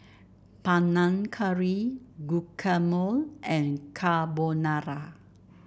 Panang Curry Guacamole and Carbonara